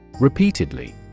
Repeatedly